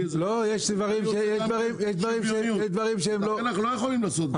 את זה --- לכן אנחנו לא יכולים לעשות את זה.